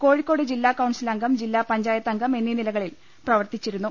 കോഴിക്കോട് ജില്ലാ കൌൺസിൽ അംഗം ജില്ലാ പഞ്ചായത്ത് അംഗം എന്നീ നിലയിൽ പ്രവർത്തി ച്ചിരുന്നു